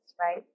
right